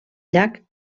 llac